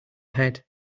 head